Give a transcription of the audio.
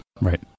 Right